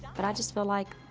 but i just feel like